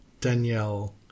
Danielle